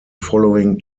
following